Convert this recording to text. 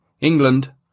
England